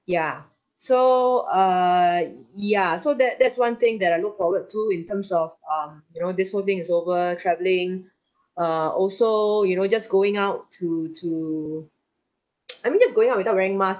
ya so err ya so that that's one thing that I look forward to in terms of uh you know this whole thing is over travelling err also you know just going out to to I mean just going out without wearing mask